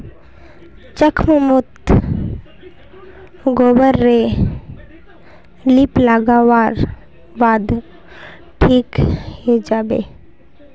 जख्म मोत गोबर रे लीप लागा वार बाद ठिक हिजाबे